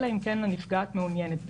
אלא אם כן הנפגעת מעוניינת בכך.